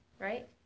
right